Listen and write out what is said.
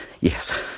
Yes